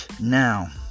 now